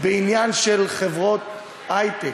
בעניין של חברות היי-טק,